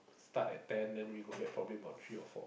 start at ten then we go back probably about three or four